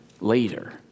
later